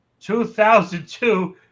2002